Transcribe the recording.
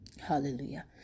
Hallelujah